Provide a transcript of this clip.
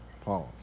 Pause